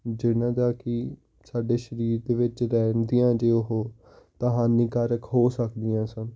ਜਿਨ੍ਹਾਂ ਦਾ ਕੀ ਸਾਡੇ ਸਰੀਰ ਦੇ ਵਿੱਚ ਰਹਿੰਦੀਆਂ ਜੇ ਉਹ ਤਾਂ ਹਾਨੀਕਾਰਕ ਹੋ ਸਕਦੀਆਂ ਸਨ